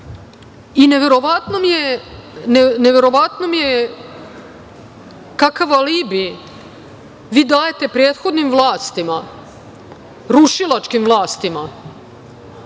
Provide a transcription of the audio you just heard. istina. Neverovatno mi je kakav alibi vi dajte prethodnim vlastima, rušilačkim vlastima,